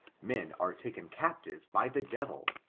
men are taken captive by the devil,